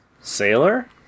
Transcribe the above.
Sailor